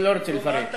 מה התרתי משמע?